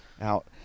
out